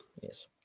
Yes